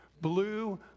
Blue